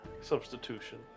Substitution